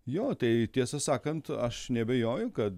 jo tai tiesą sakant aš neabejoju kad